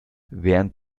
während